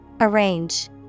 Arrange